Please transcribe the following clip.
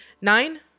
nine